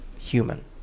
human